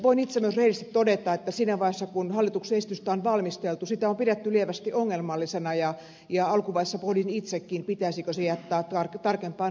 voin itse myös rehellisesti todeta että siinä vaiheessa kun hallituksen esitystä on valmisteltu sitä on pidetty lievästi ongelmallisena ja alkuvaiheessa pohdin itsekin pitäisikö se jättää tarkempaan harkintaan